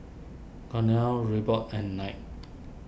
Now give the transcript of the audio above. Cornell Reebok and Knight